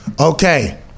Okay